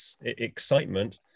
excitement